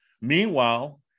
Meanwhile